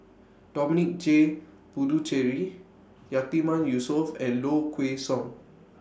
Dominic J Puthucheary Yatiman Yusof and Low Kway Song